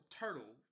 turtle